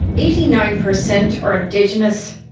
eighty nine percent are indigenous.